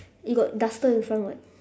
you got duster in front [what]